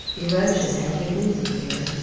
erosion had been busy here.